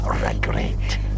regret